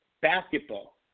basketball